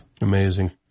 Amazing